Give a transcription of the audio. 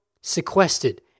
sequestered